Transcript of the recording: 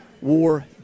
War